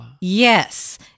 Yes